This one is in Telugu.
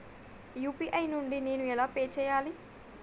యూ.పీ.ఐ నుండి నేను ఎలా పే చెయ్యాలి?